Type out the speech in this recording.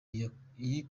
yakubise